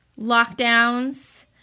lockdowns